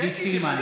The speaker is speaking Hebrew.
עידית סילמן,